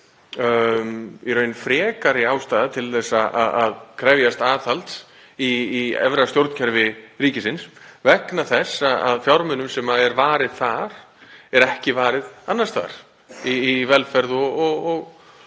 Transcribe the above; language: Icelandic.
í raun frekari ástæða til að krefjast aðhalds í efra stjórnkerfi ríkisins, vegna þess að fjármunum sem er varið þar er ekki varið annars staðar í velferð og